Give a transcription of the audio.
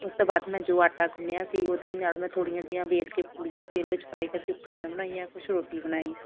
ਉਸ ਤੋਂ ਬਾਅਦ ਮੈਂ ਜੋ ਆਟਾ ਗੁੰਨਿਆ ਸੀ ਉਹਦੇ ਨਾਲ਼ ਮੈਂ ਥੋੜ੍ਹੀਆਂ ਜਿਹੀਆਂ ਵੇਲ ਕੇ ਪੂੜੀਆਂ ਤੇਲ ਵਿੱਚ ਫਰਾਈ ਕਰਕੇ ਪੂੜੀਆਂ ਬਣਾਈਆਂ ਕੁਝ ਰੋਟੀ ਬਣਾਈ